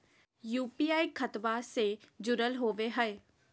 UPI खतबा से जुरल होवे हय?